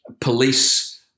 police